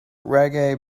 reggae